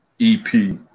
EP